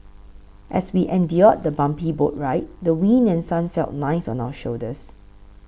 as we endured the bumpy boat ride the wind and sun felt nice on our shoulders